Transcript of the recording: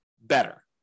better